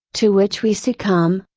to which we succumb,